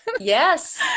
yes